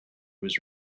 was